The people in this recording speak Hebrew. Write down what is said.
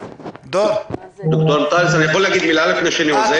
אני יכול להגיד משהו לפני שאני עוזב?